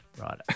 Right